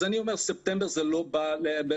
אז אני אומר ספטמבר, זה לא בא בחשבון.